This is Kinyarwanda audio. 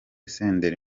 senderi